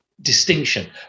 distinction